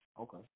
Okay